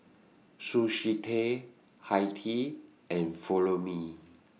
Sushi Tei Hi Tea and Follow Me